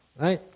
right